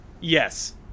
Yes